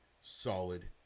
solid